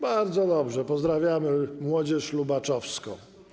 Bardzo dobrze, pozdrawiamy młodzież lubaczowską.